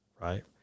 Right